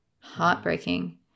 heartbreaking